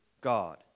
God